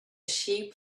sheep